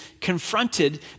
confronted